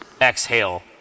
exhale